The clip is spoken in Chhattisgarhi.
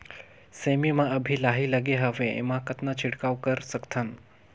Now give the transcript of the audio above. सेमी म अभी लाही लगे हवे एमा कतना छिड़काव कर सकथन?